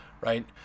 Right